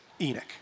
Enoch